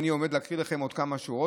אני עומד להקריא לכם עוד כמה שורות.